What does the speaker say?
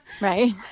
Right